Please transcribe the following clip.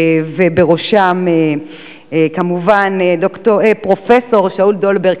ובראשם כמובן פרופסור שאול דולברג,